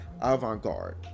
avant-garde